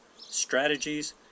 strategies